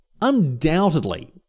undoubtedly